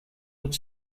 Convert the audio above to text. would